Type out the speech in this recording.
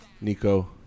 Nico